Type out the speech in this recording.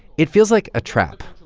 it feels like a trap,